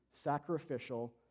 sacrificial